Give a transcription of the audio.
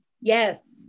yes